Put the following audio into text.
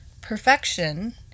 perfection